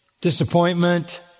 disappointment